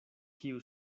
kiu